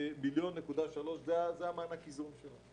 ש-27.3 מיליון זה מענק האיזון שלה.